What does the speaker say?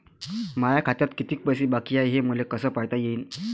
माया खात्यात किती पैसे बाकी हाय, हे मले कस पायता येईन?